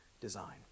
design